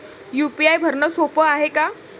UPI भरनं सोप हाय का?